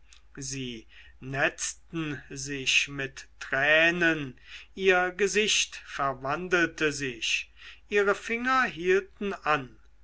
sie netzten sich mit tränen ihr gesicht verwandelte sich ihre finger hielten an